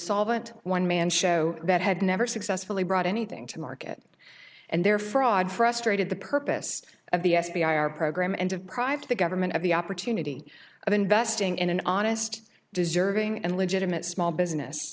insolvent one man show that had never successfully brought anything to market and their fraud frustrated the purpose of the f b i our program and of private the government of the opportunity of investing in an honest deserving and legitimate small business